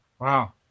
Wow